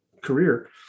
career